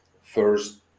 first